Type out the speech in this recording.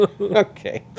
Okay